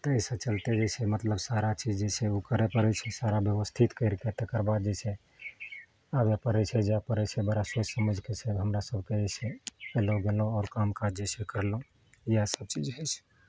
तऽ एहिसब चलते जे छै मतलब सारा चीज जे छै ओ करऽ पड़ैत छै सारा ब्यवस्थित करि कऽ तकरबाद जे छै आबऽ पड़ैत छै जाए पड़ैत छै बड़ा सोचि समझिके हमरा सबके जे छै एलहुँ गेलहुँ आओर कामकाज जे छै करलहुँ इहए सब चीज होइत छै